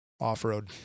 off-road